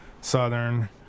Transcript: southern